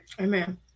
Amen